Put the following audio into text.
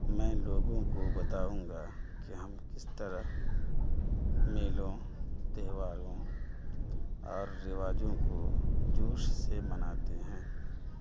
میں لوگوں کو بتاؤں گا کہ ہم کس طرح میلوں تہواروں اور رواجوں کو جوش سے مناتے ہیں